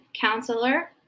counselor